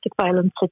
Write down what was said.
violence